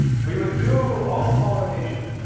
we would do all of polynesia,